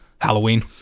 Halloween